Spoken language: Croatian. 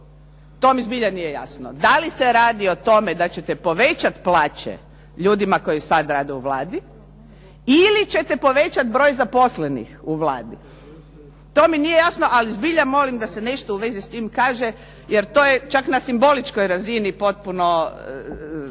To mi zbilja nije jasno. Da li se radi o tome da ćete povećati plaće ljudima koji sad rade u Vladi ili ćete povećati broj zaposlenih u Vladi? To mi nije jasno, ali zbilja molim da se nešto u vezi s tim kaže jer to je čak na simboličkoj razini potpuno